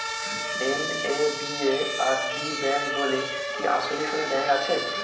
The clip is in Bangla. এন.এ.বি.এ.আর.ডি ব্যাংক বলে কি আসলেই কোনো ব্যাংক আছে?